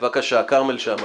בבקשה, כרמל שאמה.